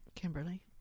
Kimberly